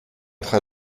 train